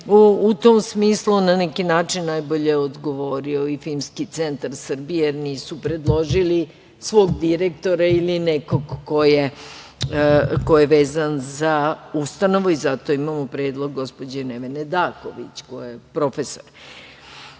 u tom smislu, na neki način, najbolje odgovorio i Filmski centar Srbije, jer nisu predložili svog direktora ili nekog ko je vezan za ustanovu. Zato imamo predlog gospođe Nevene Daković, koja je profesor. Tako